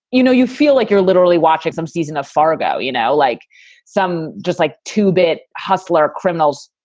you know, you feel like you're literally watching some season of fargo, you know, like some just like two-bit hustler criminals,